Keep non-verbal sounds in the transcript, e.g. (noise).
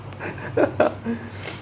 (laughs)